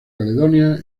caledonia